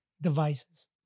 devices